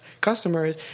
customers